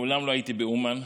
מעולם לא הייתי באומן,